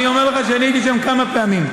אני אומר לך שאני הייתי שם כמה פעמים.